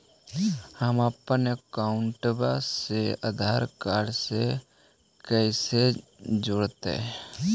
हमपन अकाउँटवा से आधार कार्ड से कइसे जोडैतै?